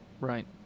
Right